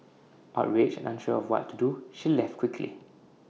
outraged and unsure of what to do she left quickly